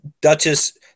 Duchess